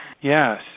yes